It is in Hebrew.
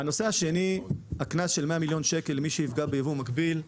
הנושא השני הוא קנס של 100 מיליון שקל למי שיפגע ביבוא מקביל.